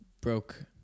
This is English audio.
broke